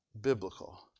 biblical